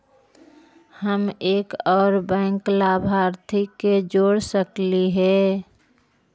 हम एक और बैंक लाभार्थी के जोड़ सकली हे?